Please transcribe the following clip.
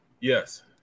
Yes